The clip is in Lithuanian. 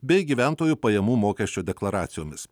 bei gyventojų pajamų mokesčio deklaracijomis